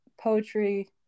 poetry